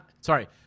Sorry